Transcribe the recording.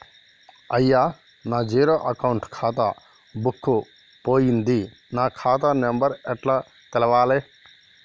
అయ్యా నా zero account ఖాతా బుక్కు పోయింది నా ఖాతా నెంబరు ఎట్ల తెలవాలే?